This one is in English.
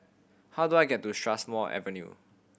how do I get to Strathmore Avenue